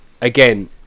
again